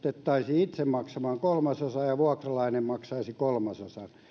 itse maksamaan kolmasosa ja vuokralainen maksaisi kolmasosan